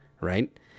right